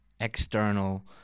external